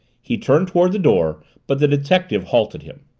he turned toward the door but the detective halted him.